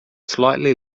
slightly